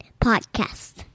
Podcast